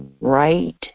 right